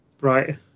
right